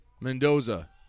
Mendoza